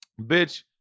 Bitch